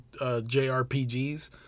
JRPGs